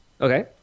okay